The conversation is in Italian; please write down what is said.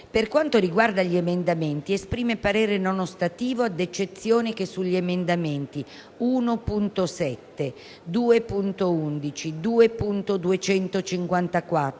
Per quanto riguarda gli emendamenti, esprime parere non ostativo, ad eccezione che sugli emendamenti 1.7, 2.11, 2.254,